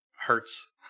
hurts